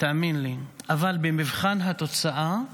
תאמין לי, אבל במבחן התוצאה --- יש.